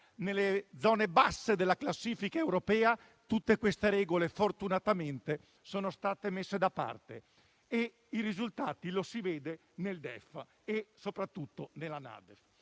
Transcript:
nelle zone basse della classifica europea, fortunatamente sono state messe da parte e i risultati si vedono nel DEF e, soprattutto, nella NADEF.